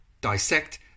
dissect